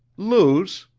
luce,